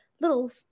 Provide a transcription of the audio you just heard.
little